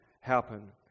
happen